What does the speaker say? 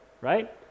right